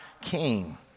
king